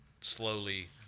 slowly